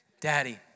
Daddy